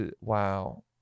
Wow